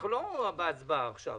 אנחנו לא בהצבעה עכשיו.